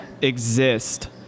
exist